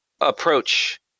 approach